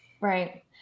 Right